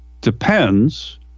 depends